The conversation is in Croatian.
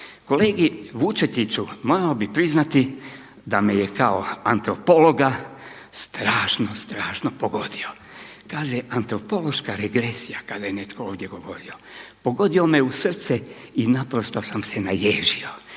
Kolegi Vučetiću, morao bih priznati da me je kao antropologa strašno, strašno pogodio, kaže antropološka regresija kada je netko ovdje govorio, pogodio me u srce i naprosto sam se naježio.